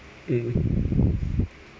mm